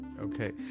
okay